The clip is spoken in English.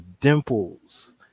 dimples